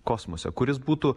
kosmose kuris būtų